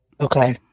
okay